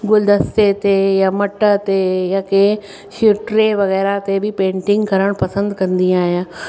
गुलदस्ते ते या मट ते या कंहिं टे वग़ैरह ते बि पेंटिंग करणु पसंदि कंदी आहियां